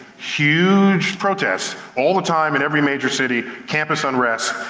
huge protests, all the time, in every major city, campus unrest.